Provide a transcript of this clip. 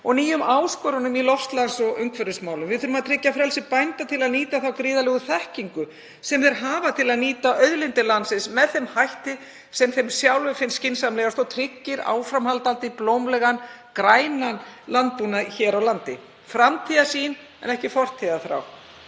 og nýjum áskorunum í loftslags- og umhverfismálum. Við þurfum að tryggja frelsi bænda til að nýta þá gríðarlegu þekkingu sem þeir hafa til að nýta auðlindir landsins með þeim hætti sem þeim sjálfum finnst skynsamlegastur og tryggir áframhaldandi blómlegan grænan landbúnað hér á landi. Framtíðarsýn en ekki fortíðarþrá.